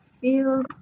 feel